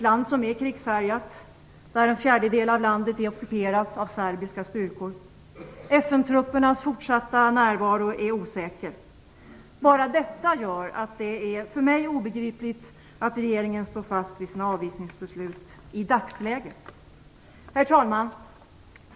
Landet är krigshärjat, och en fjärdedel av landet är ockuperat av serbiska styrkor. FN-truppernas fortsatta närvaro är osäker. Bara detta gör att det är för mig obegripligt att regeringen står fast vid sina avvisningsbeslut i dagsläget. Herr talman!